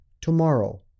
tomorrow